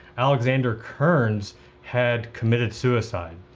alexander kearns had committed suicide.